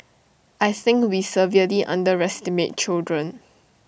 I think we severely underestimate children